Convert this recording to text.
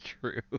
true